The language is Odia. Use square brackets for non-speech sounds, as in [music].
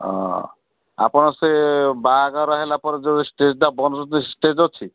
ହଁ ଆପଣ ସେ ବାହାଘର ହେଲା ପରେ ଯୋଉ ଷ୍ଟେଜ୍ଟା [unintelligible] ଷ୍ଟେଜ୍ ଅଛି